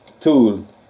tools